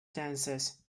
dancers